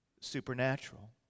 supernatural